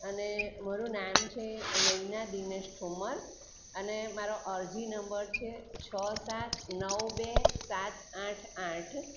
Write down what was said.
અને મારું નામ છે નૈના દિનેશ ઠોમર અને મારો અરજી નંબર છે છ સાત નવ બે સાત આઠ આઠ